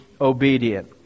obedient